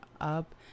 up